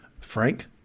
Frank